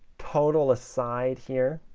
total aside here,